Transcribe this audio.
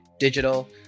digital